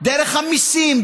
דרך המיסים,